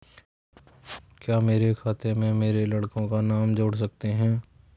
क्या मेरे खाते में मेरे लड़के का नाम जोड़ सकते हैं?